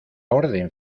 orden